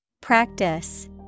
Practice